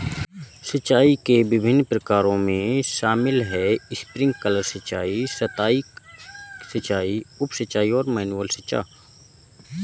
सिंचाई के विभिन्न प्रकारों में शामिल है स्प्रिंकलर सिंचाई, सतही सिंचाई, उप सिंचाई और मैनुअल सिंचाई